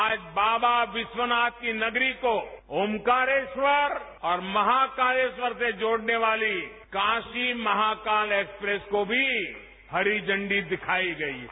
आज बाबा विश्वनाथ की नगरी को ऑकारेश्वर और महाकालेश्वर से जोड़ने वाली कासी महाकाल एक्सप्रेस को भी हरी झंडी दिखाई गई है